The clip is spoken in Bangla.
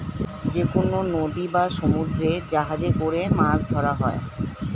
যেকনো নদী বা সমুদ্রে জাহাজে করে মাছ ধরা হয়